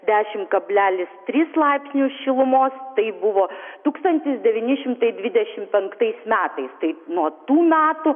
dešimt kablelis tris laipsnius šilumos tai buvo tūkstantis devyni šimtai dvidešimt penktais metais tai nuo tų metų